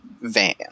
van